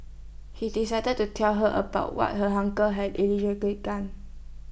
he decided to tell her about what her uncle had done